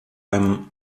beim